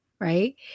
right